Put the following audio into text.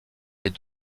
les